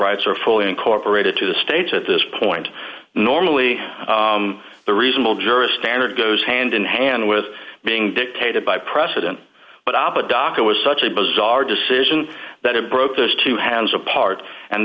rights are fully incorporated to the states at this point normally the reasonable jurist standard goes hand in hand with being dictated by precedent but apodaca was such a bizarre decision that it broke those two hands apart and